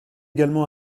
également